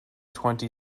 twenty